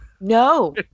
No